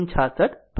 66 13